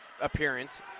appearance